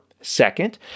Second